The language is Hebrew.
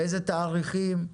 באיזה תאריכים?